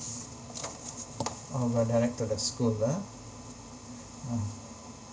oh go direct to the school ah ah